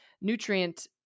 nutrient